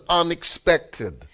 unexpected